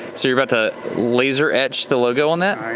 so you're about to laser etch the logo on that? i